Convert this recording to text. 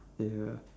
yeah